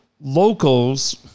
locals